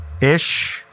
Ish